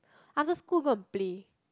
after school go and play